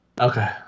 Okay